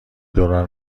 دوران